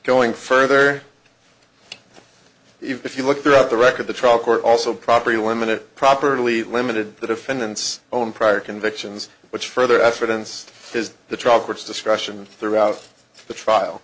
going further if you look throughout the record the trial court also property limited properly limited the defendant's own prior convictions which further effort inst the truck which discussion throughout the trial